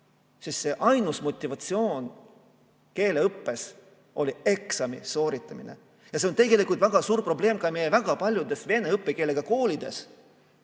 sest ainus motivatsioon keeleõppeks oli eksami sooritamine. See on tegelikult väga suur probleem väga paljudes vene õppekeelega koolides,